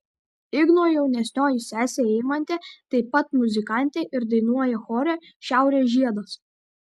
igno jaunesnioji sesė eimantė taip pat muzikantė ir dainuoja chore šiaurės žiedas